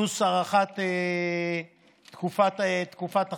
פלוס הארכת תקופת החל"ת.